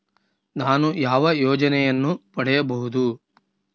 ನಾನು ಯಾವ ಯೋಜನೆಯನ್ನು ಪಡೆಯಬಹುದು?